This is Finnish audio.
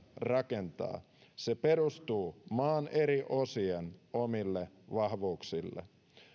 rakentaa se perustuu maan eri osien omille vahvuuksille